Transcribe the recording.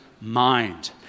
mind